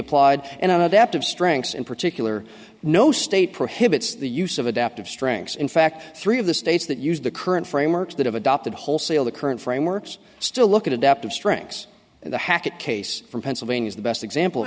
applied and i know that of strengths in particular no state prohibits the use of adaptive strengths in fact three of the states that use the current frameworks that have adopted wholesale the current frameworks still look at adaptive strengths and the hackett case from pennsylvania is the best example of